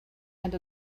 and